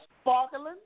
sparkling